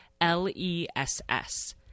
L-E-S-S